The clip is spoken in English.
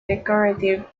decorative